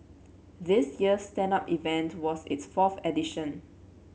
this year's stand up event was its fourth edition